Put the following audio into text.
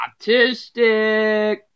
autistic